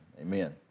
Amen